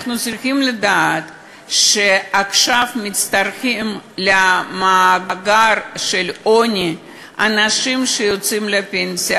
אנחנו צריכים לדעת שעכשיו מצטרפים למעגל של העוני אנשים שיוצאים לפנסיה,